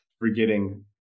forgetting